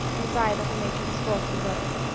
and it's i that'll make you the sporting bird.